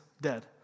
dead